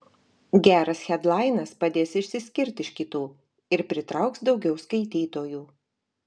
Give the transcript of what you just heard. geras hedlainas padės išsiskirt iš kitų ir pritrauks daugiau skaitytojų